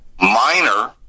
Minor